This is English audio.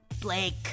Blake